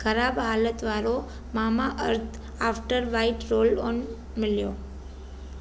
ख़राबु हालति वारो Mamaearth after white roll on मिलियो